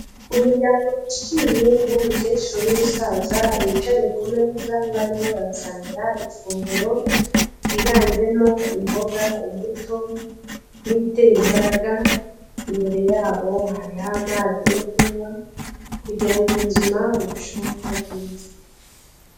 Umuryango wishimye w'umukecuru n'umusaza bicaye ku meza barimo barasangira ifunguro ryiganjemo imboga, imbuto, n'ibitera imbaraga, imbere yabo hariho amazi yo kunywa kugira ngo ubuzima burusheho kuba bwiza.